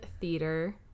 theater